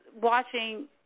watching